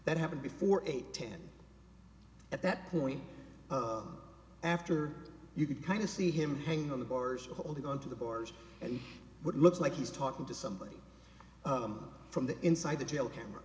that happened before eight ten at that point after you could kind of see him hanging on the bars holding on to the bars and what looks like he's talking to somebody from the inside the jail camera